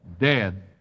dead